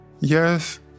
yes